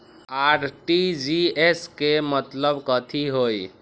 RTGS के मतलब कथी होइ?